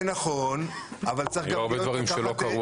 זה נכון, אבל צריך להיות מאוזנים.